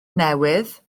newydd